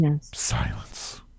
silence